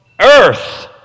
earth